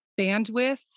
bandwidth